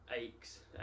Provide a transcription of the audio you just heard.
aches